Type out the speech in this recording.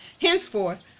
Henceforth